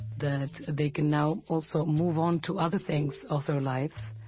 that they can now also move on to other things of their lives,